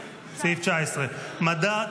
מדע,